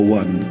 one